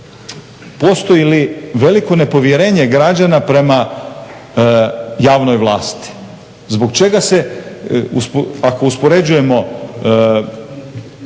postoji li veliko nepovjerenje građana prema javnoj vlasti? Zbog čega se, ako uspoređujemo